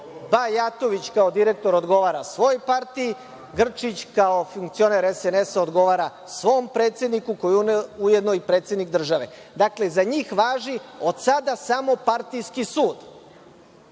Bajatović kao direktor odgovara svojoj partiji, Grčić kao funkcioner SNS odgovara svom predsedniku koji je ujedno i predsednik države. Dakle, za njih važi od sada samo partijski sud.